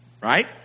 Right